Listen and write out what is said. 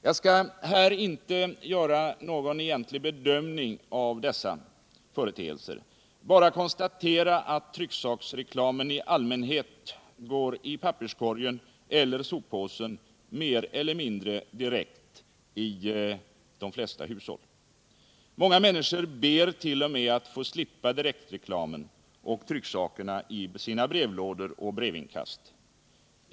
Jag skall här inte göra någon egentlig bedömning av dessa företeelser, bara konstatera att trycksaksreklamen i allmänhet går i papperskorgen eller soppåsen mer eller mindre direkt i de flesta hushåll. Många människor ber t.o.m. att få slippa direktreklam och trycksaker i sina brevlådor och brevinkast.